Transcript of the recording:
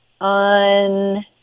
on